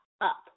up